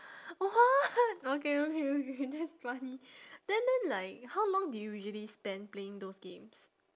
what okay okay okay that's funny then then like how long do you usually spend playing those games